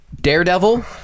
Daredevil